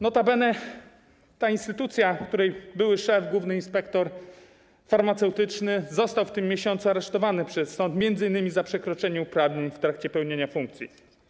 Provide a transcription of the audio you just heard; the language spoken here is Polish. Notabene to instytucja, której szef - główny inspektor farmaceutyczny został w tym miesiącu aresztowany przez sąd, m.in. za przekroczenie uprawnień w trakcie pełnienia funkcji.